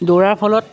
দৌৰাৰ ফলত